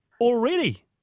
already